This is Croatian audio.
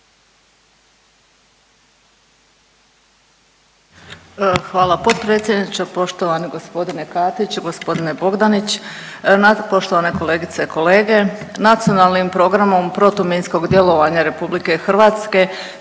Hvala potpredsjedniče, poštovani gospodine Katić, gospodine Bogdanić, poštovane kolegice, kolege. Nacionalnim programom protuminskog djelovanja Republike Hrvatske